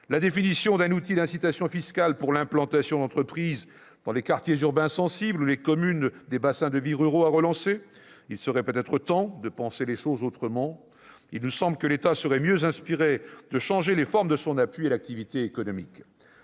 La définition d'un outil d'incitation fiscale pour l'implantation d'entreprises dans les quartiers urbains sensibles ou les communes des bassins de vie ruraux à relancer ? Il serait peut-être temps de penser les choses autrement. Il nous semble que l'État serait mieux inspiré de changer les formes de son appui à l'activité économique.